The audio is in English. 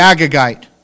Agagite